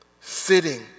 Sitting